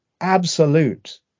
absolute